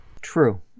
True